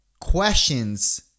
questions